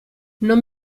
non